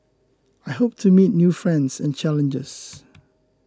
I hope to meet new friends and challenges